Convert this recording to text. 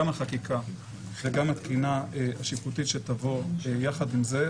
גם החקיקה וגם התקינה השיפוטית שתבוא יחד עם זה.